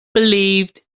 believed